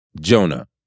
Jonah